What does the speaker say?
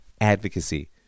advocacy